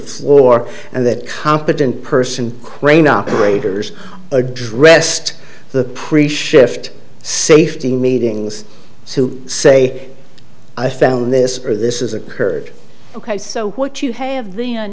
floor and that competent person crane operators addressed the preach shift safety meetings to say i found this or this is a kurd ok so what you have the